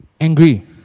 angry